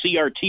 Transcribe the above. CRT